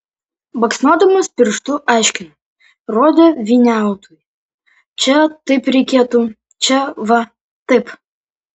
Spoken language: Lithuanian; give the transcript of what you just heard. baksnodamas pirštu aiškino rodė vyniautui čia taip reikėtų čia va taip